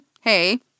hey